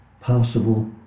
possible